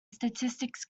statistics